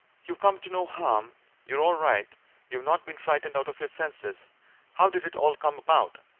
you've come to no harm you're all right you've not been frightened out of your senses how did it all come about?